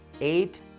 eight